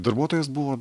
darbuotojas buvo